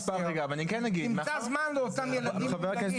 אז תמצא זמן לאותם ילדים קטנים,